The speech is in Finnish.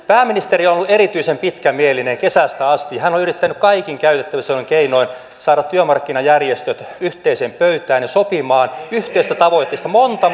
pääministeri on ollut erityisen pitkämielinen kesästä asti hän on yrittänyt kaikin käytettävissä olevin keinoin saada työmarkkinajärjestöt yhteiseen pöytään ja sopimaan yhteisistä tavoitteista monta